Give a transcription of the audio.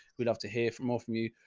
we'd love to hear from all from you,